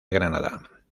granada